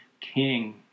king